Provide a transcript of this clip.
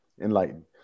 Enlightened